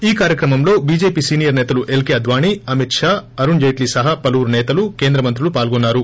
ఈ కార్యక్రమంలో BJP senior సేతలు ఎల్కే అడ్యాణీ అమిత్షా అరుణ్జైట్లీ సహా పలువురు సేతలు కేంద్రమంత్రులు పాల్గొన్నారు